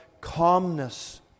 calmness